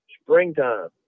springtime